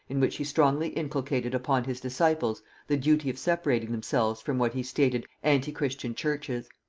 in which he strongly inculcated upon his disciples the duty of separating themselves from what he stated antichristian churches.